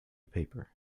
paper